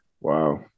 Wow